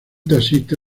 taxista